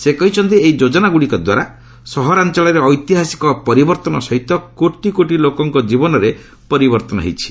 ସେ କହିଛନ୍ତି ଏହି ଯୋଜନାଗୁଡ଼ିକ ଦ୍ୱାରା ସହରାଞ୍ଚଳରେ ଐତିହାସିକ ପରିବପର୍ତ୍ତନ ସହିତ କୋଟି କୋଟି ଲୋକଙ୍କ ଜୀବନରେ ପରିବର୍ତ୍ତନ ହୋଇଥିଲା